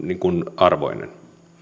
arvoinen